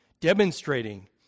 Demonstrating